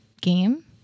game